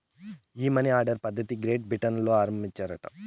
ఈ money order పద్ధతిది Great Britain ల ఆరంబించినారట